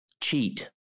cheat